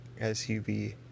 SUV